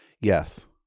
Yes